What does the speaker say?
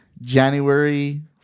january